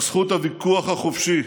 על זכות הוויכוח החופשי,